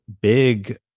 big